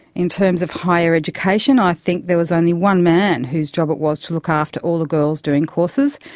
in terms of higher education i think there was only one man whose job it was to look after all the girls doing courses.